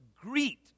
greet